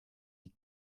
die